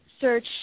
search